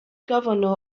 governor